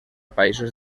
països